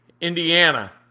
Indiana